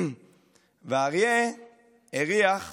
והאריה הריח תות.